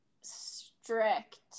strict